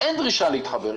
אין דרישה להתחבר.